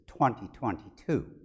2022